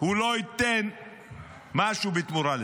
והוא לא ייתן משהו בתמורה לזה.